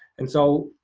and so